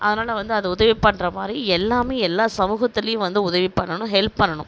அதனால வந்து அது உதவி பண்ணுற மாதிரி எல்லாமே எல்லா சமூகத்துலையும் வந்து உதவி பண்ணனும் ஹெல்ப் பண்ணனும்